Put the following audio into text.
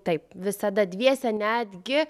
taip visada dviese netgi